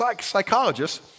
psychologists